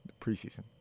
preseason